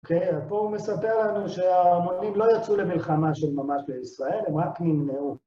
אוקיי, פה הוא מספר לנו שההמונים לא יצאו למלחמה של ממש בישראל, הם רק נמנעו.